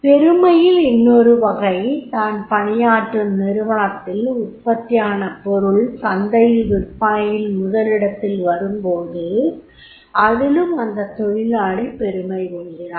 பெருமையில் இன்னொருவகை தான் பணியாற்றும் நிருவனத்தில் உற்பத்தியான பொருள் சந்தையில் விற்பனையில் முதலிடத்தில் வரும்போது அதிலும் அந்த தொழிலாளி பெருமை கொள்கிறார்